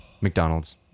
McDonald's